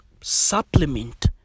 supplement